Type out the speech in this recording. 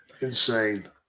Insane